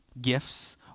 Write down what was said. gifts